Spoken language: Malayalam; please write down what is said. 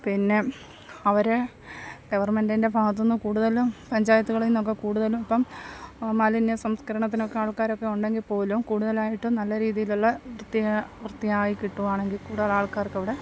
പിന്നെ അവരെ ഗവൺമെൻറിൻ്റെ ഭാഗത്തുനിന്ന് കൂടുതലും പഞ്ചായത്തുകളിൽ നിന്നൊക്കെ കൂടുതലും ഇപ്പം മാലിന്യ സംസ്കരണത്തിനൊക്കെ ആൾക്കാരൊക്കെ ഉണ്ടെങ്കിൽ പോലും കൂടുതലായിട്ടും നല്ല രീതിയിലുള്ള വൃത്തിയാ വൃത്തിയായി കിട്ടുവാണെങ്കിൽക്കൂടെ ഒരു ആൾക്കാർക്ക് അവിടെ